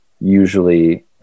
usually